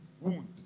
wound